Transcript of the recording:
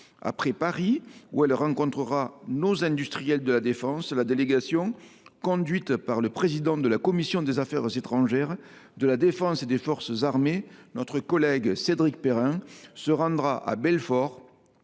Après Paris, où elle rencontrera nos industriels de la défense, la délégation, conduite par le président de la commission des affaires étrangères, de la défense et des forces armées, notre collègue Cédric Perrin, se rendra à Belfort